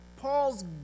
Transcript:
Paul's